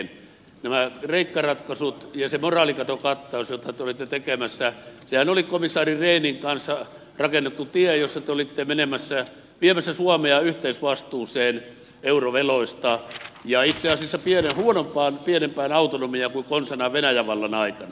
nämä kreikka ratkaisut ja se moraalikatokattaus jota te olitte tekemässä sehän oli komissaari rehnin kanssa rakennettu tie jossa te olitte viemässä suomea yhteisvastuuseen euroveloista ja itse asiassa huonompaan pienempään autonomiaan kuin konsanaan venäjän vallan aikana